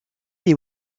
des